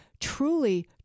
Truly